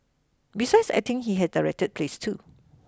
besides acting he had directed plays too